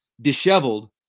disheveled